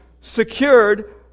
secured